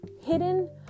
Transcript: hidden